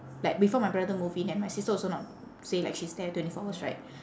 like before my brother move in and my sister also not say like she stay there twenty four hours right